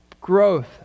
growth